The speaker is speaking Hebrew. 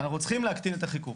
אנחנו צריכים להקטין את החיכוך.